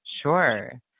Sure